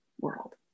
world